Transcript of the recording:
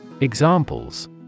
Examples